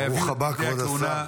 ויביאו את בגדי הכהונה"